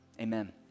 Amen